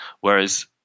Whereas